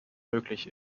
möglich